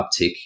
uptick